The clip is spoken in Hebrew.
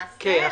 כן.